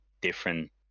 different